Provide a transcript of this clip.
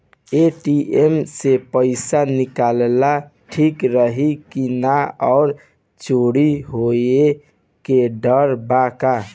ATM से पईसा निकालल ठीक रही की ना और चोरी होये के डर बा का?